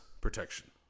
protection